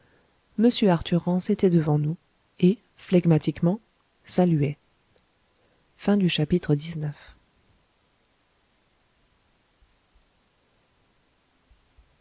arthur rance était devant nous et flegmatiquement saluait